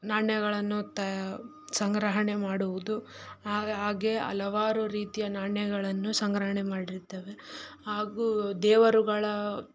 ನಾಣ್ಯಗಳನ್ನು ತಾ ಸಂಗ್ರಹಣೆ ಮಾಡುವುದು ಹಾಗೆ ಹಲವಾರು ರೀತಿಯ ನಾಣ್ಯಗಳನ್ನು ಸಂಗ್ರಹಣೆ ಮಾಡಿರ್ತೇವೆ ಹಾಗೂ ದೇವರುಗಳ